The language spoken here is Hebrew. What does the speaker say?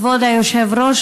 כבוד היושב-ראש,